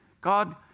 God